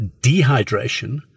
dehydration